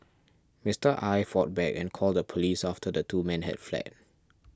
Mister Aye fought back and called the police after the two men had fled